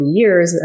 years